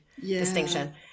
distinction